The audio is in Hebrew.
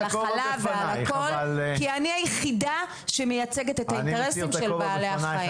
על החלב ועל הכול כי אני היחידה שמייצגת את האינטרסים של בעלי החיים.